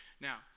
Now